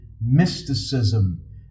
mysticism